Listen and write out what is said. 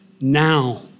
Now